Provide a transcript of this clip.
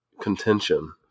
contention